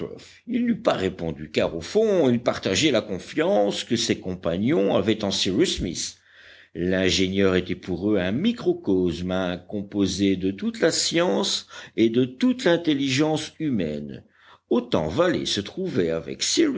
il n'eût pas répondu car au fond il partageait la confiance que ses compagnons avaient en cyrus smith l'ingénieur était pour eux un microcosme un composé de toute la science et de toute l'intelligence humaine autant valait se trouver avec